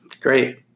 Great